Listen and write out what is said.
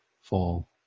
fall